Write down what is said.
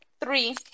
three